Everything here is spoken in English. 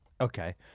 okay